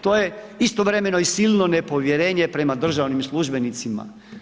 To je istovremeno i silno nepovjerenje prema državnim službenicima.